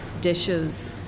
dishes